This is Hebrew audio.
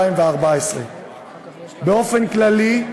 2014. באופן כללי,